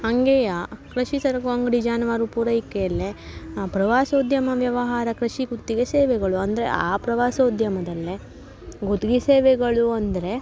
ಹಂಗೆಯೇ ಕೃಷಿ ಸರಕು ಅಂಗಡಿ ಜಾನುವಾರು ಪೂರೈಕೆಯಲ್ಲಿ ಆ ಪ್ರವಾಸೋದ್ಯಮ ವ್ಯವಹಾರ ಕೃಷಿ ಗುತ್ತಿಗೆ ಸೇವೆಗಳು ಅಂದರೆ ಆ ಪ್ರವಾಸೋದ್ಯಮದಲ್ಲಿ ಗುತ್ಗೆ ಸೇವೆಗಳು ಅಂದರೆ